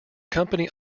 company